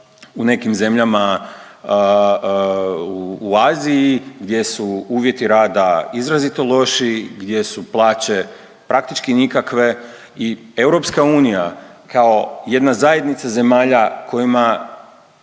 u nekim zemljama u Aziji gdje su uvjeti rada izrazito loši, gdje su plaće praktički nikakve i EU kao jedna zajednica zemalja kojima,